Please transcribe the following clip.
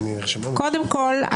קודם כול,